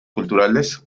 culturales